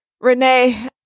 Renee